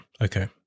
Okay